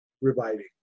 reviving